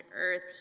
earth